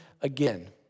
again